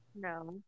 No